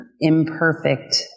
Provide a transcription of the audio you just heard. imperfect